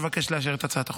אבקש לאשר את הצעת החוק.